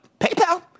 PayPal